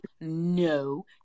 No